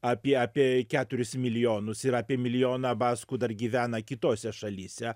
apie apie keturis milijonus ir apie milijoną baskų dar gyvena kitose šalyse